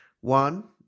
One